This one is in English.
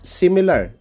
similar